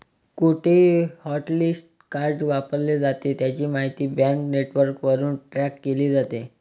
कुठेही hotlist card वापरले जाते, त्याची माहिती बँक नेटवर्कवरून ट्रॅक केली जाते